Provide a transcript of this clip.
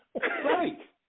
Right